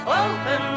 open